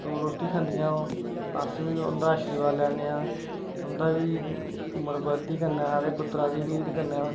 ते रूट्टी खंदियां ओह् अस बी होंदा आशीर्वाद लैन्ने आं उं'दा बी उम्र बधदी कन्नै ते पुत्तरा दी बी कन्नै